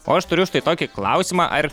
o aš turiu štai tokį klausimą ar